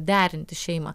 derinti šeimą